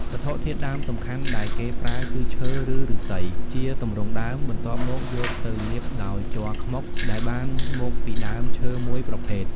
វត្ថុធាតុដើមសំខាន់ដែលគេប្រើគឺ ឈើ ឬឫស្សី ជាទម្រង់ដើម បន្ទាប់មកយកទៅលាបដោយ ជ័រខ្មុក ដែលបានមកពីដើមឈើមួយប្រភេទ។